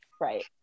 Right